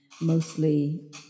mostly